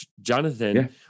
Jonathan